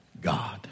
God